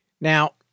Now